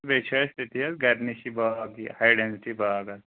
بیٚیہِ چھِ اَسہِ تٔتی حظ گرِ نِشی باغ یہِ ہاے ڈٮ۪نسِٹی باغ حظ